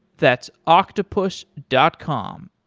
that's octopus dot com,